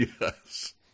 Yes